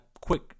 quick